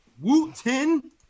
Wooten